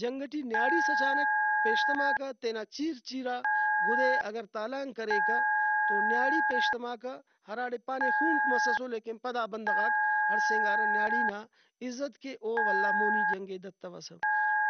جنگ ٹی نیاڑیس اچانک پیشتماکہ تینا چیر چیرا گُدے اگر تالان کریکہ تو نیاڑی پیشتماکہ ہراڑے پانے خونک مسسو لیکن پدا بندغاک ہڑسینگارہ نیاڑی نا عزت کہ او ولا مونی جنگے دتوسہ